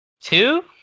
two